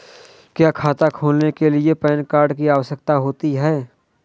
क्या खाता खोलने के लिए पैन कार्ड की आवश्यकता होती है?